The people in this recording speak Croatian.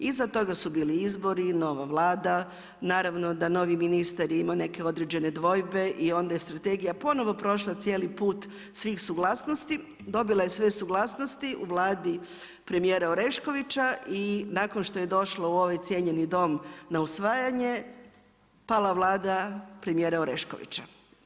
Iza toga su bili izbori, nova Vlada, naravno da novi ministar je imao neke određene dvojbe i onda je strategija ponovno prošla cijeli put svih suglasnosti, dobila je sve suglasnosti u Vladi premijera Oreškovića i nakon što je došla u ovaj cijenjeni Dom na usvajanje, pala Vlada premijera Oreškovića.